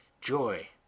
joy